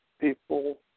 people